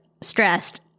stressed